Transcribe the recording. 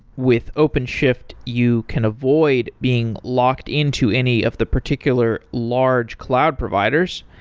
with openshift, you can avoid being locked into any of the particular large cloud providers.